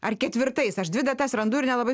ar ketvirtais aš dvi datas randu ir nelabai